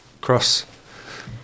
cross